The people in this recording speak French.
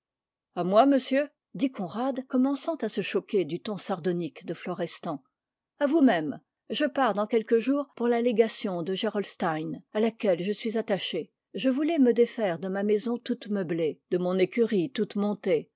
à moi monsieur dit conrad commençant à se choquer du ton sardonique de florestan à vous-même je pars dans quelques jours pour la légation de gerolstein à laquelle je suis attaché je voulais me défaire de ma maison toute meublée de mon écurie toute montée